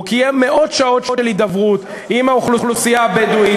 הוא קיים מאות שעות של הידברות עם האוכלוסייה הבדואית.